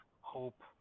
hope